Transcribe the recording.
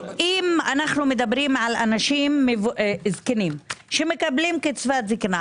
אם אנחנו מדברים על אנשים זקנים שמקבלים קצבת זקנה,